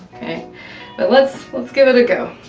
but let's let's give it a go.